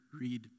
read